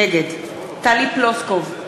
נגד טלי פלוסקוב,